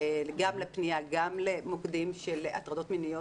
גם לפנייה וגם למוקדים של הטרדות מיניות,